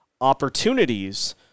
opportunities